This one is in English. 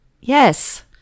Yes